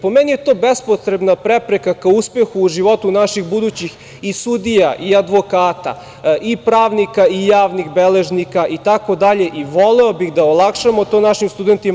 Po meni je to bespotrebna prepreka ka uspehu u životu naših budućih i sudija i advokata i pravnika i javnih beležnika itd. i voleo bih da olakšamo to našim studentima.